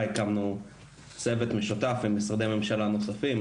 הקמנו צוות משותף עם משרדי הממשלה הנוספים,